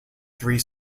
three